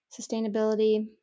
sustainability